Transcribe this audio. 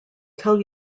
tell